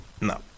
No